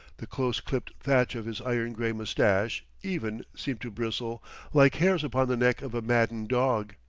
the close-clipped thatch of his iron gray mustache, even, seemed to bristle like hairs upon the neck of a maddened dog.